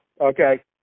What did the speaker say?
Okay